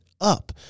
up